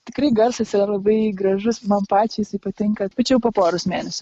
tikrai garsas yra labai gražus man pačiai jisai patinka bet čia jau po poros mėnesių